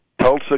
Tulsa